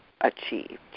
achieved